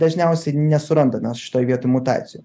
dažniausiai nesurandam mes šitoj vietoj mutacijų